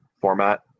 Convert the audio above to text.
format